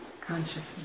consciousness